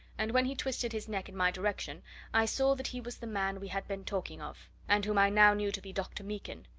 and when he twisted his neck in my direction i saw that he was the man we had been talking of, and whom i now knew to be dr. meekin.